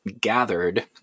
gathered